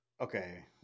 Okay